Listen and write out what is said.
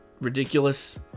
ridiculous